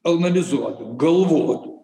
analizuodami galvodami